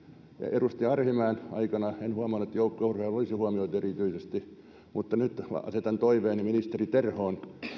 edustaja arhinmäen aikana en huomannut että joukkueurheilua olisi huomioitu erityisesti mutta nyt asetan toiveeni ministeri terhoon